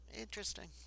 Interesting